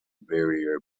barrier